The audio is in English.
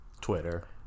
Twitter